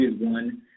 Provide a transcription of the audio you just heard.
one